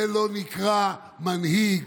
זה לא נקרא מנהיג.